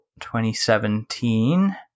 2017